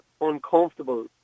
uncomfortable